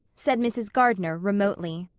said mrs. gardner remotely.